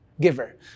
giver